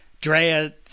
Drea